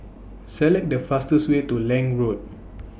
Select The fastest Way to Lange Road